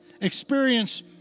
experience